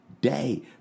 day